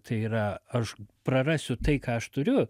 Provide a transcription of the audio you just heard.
tai yra aš prarasiu tai ką aš turiu